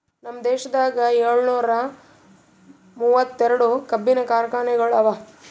ನಮ್ ದೇಶದಾಗ್ ಏಳನೂರ ಮೂವತ್ತೆರಡು ಕಬ್ಬಿನ ಕಾರ್ಖಾನೆಗೊಳ್ ಅವಾ